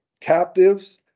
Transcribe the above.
Captives